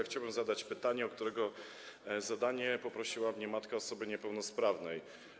Chciałbym zadać pytanie, o którego zadanie poprosiła mnie matka osoby niepełnosprawnej.